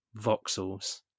voxels